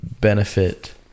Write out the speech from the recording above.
benefit